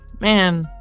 man